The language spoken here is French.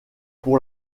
pour